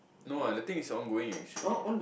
no ah the thing is ongoing actually